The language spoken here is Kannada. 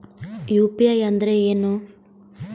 ಯು.ಪಿ.ಐ ಅಂದ್ರೆ ಏನು?